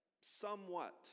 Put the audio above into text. Somewhat